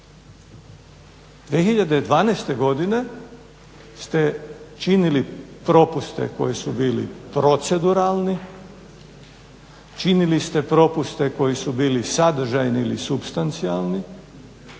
2012. godine ste činili propuste koji su bili proceduralni, činili ste propuste koji su bili sadržajni ili supstancijalni